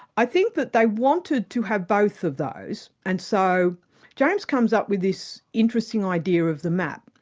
i think that they wanted to have both of those, and so james comes up with this interesting idea of the map.